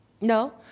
No